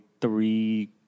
three